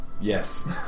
Yes